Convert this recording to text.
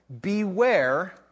Beware